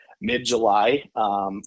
mid-July